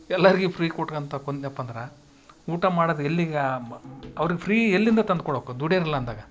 ಎಲ್ಲಾರಿಗಿ free ಕೊಟ್ಕಂತ ಬನ್ನ್ಯಪ್ಪ ಅಂದರ ಊಟ ಮಾಡದು ಎಲ್ಲಿಗೆ ಅವ್ರಿಗೆ ಫ್ರೀ ಎಲ್ಲಿಂದ ತಂದ್ಕೊಡಾಕೆ ದುಡ್ಯೋರು ಇಲ್ಲ ಅಂದಾಗ